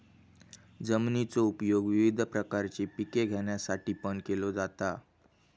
जमिनीचो उपयोग विविध प्रकारची पिके घेण्यासाठीपण केलो जाता